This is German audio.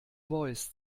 voice